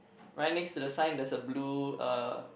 right next to the sign there's a blue uh